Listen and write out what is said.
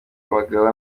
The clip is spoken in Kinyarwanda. abagabo